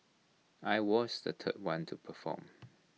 I was the third one to perform